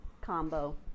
combo